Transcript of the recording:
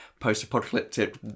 post-apocalyptic